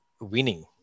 winning